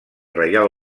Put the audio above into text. reial